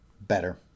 Better